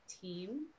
team